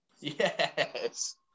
Yes